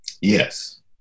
Yes